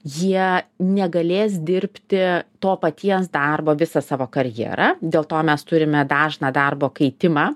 jie negalės dirbti to paties darbo visą savo karjerą dėl to mes turime dažną darbo keitimą